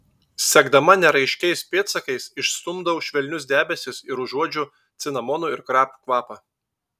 sekdama neraiškiais pėdsakais išstumdau švelnius debesis ir užuodžiu cinamonų ir krapų kvapą